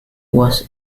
was